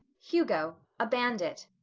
hugo. a bandit.